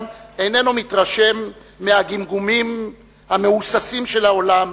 איננו מתרשם מהגמגומים המהוססים של העולם,